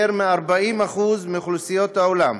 יותר מ-40% מאוכלוסיית העולם,